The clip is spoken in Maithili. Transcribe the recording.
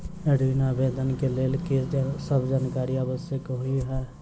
ऋण आवेदन केँ लेल की सब जानकारी आवश्यक होइ है?